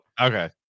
Okay